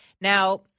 Now